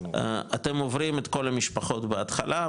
אתם עוברים את כל המשפחות בהתחלה,